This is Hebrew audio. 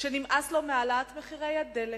שנמאס לו מהעלאת מחירי הדלק,